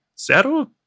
zero